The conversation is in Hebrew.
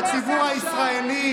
יוראי להב הרצנו, קריאה שלישית.